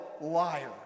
liar